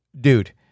dude